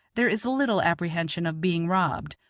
there is little apprehension of being robbed,